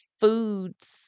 foods